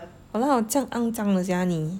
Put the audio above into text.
!walao! 这样肮脏的 sia 你